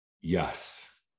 Yes